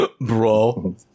Bro